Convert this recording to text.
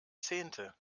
zehnte